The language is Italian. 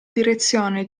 direzione